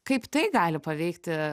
kaip tai gali paveikti